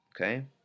Okay